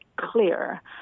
clear